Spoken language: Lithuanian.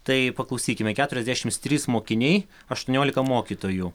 tai paklausykime keturiasdešims trys mokiniai aštuoniolika mokytojų